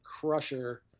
crusher